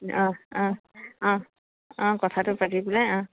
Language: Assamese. অঁ অঁ অঁ অঁ কথাটো পাতি পেলাই অঁ